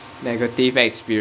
negative experiences